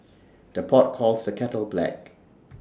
the pot calls the kettle black